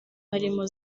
harimo